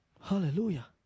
Hallelujah